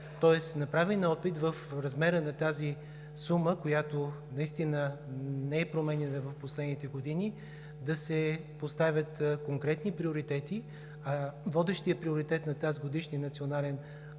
Тоест направен е опит в размера на тази сума, която не е променяна в последните години, да се поставят конкретни приоритети, а водещият приоритет на тазгодишния Национален